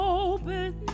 open